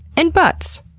and butts,